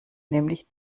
nämlich